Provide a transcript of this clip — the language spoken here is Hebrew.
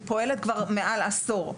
היא פועלת כבר למעלה מעשור.